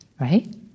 right